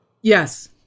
Yes